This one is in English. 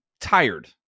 tired